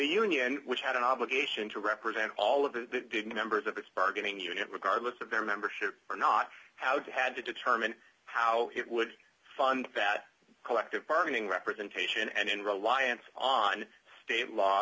union which had an obligation to represent all of the big members of the bargaining unit regardless of their membership or not how they had to determine how it would fund that collective bargaining representation and reliance on state law